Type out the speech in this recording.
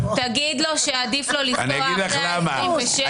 תגיד לו שעדיף לו לנסוע אחרי ה-27.